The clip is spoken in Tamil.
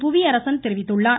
புவியரசன் தெரிவித்துள்ளார்